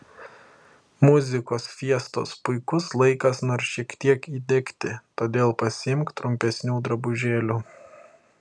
muzikos fiestos puikus laikas nors šiek tiek įdegti todėl pasiimk trumpesnių drabužėlių